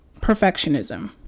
perfectionism